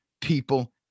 people